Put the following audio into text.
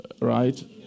right